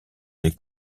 les